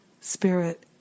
Spirit